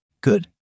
Good